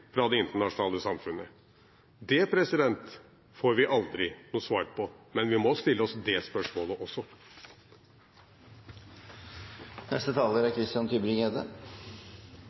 fra det internasjonale samfunnet? Det får vi aldri noe svar på, men vi må stille oss det spørsmålet